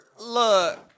Look